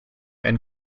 and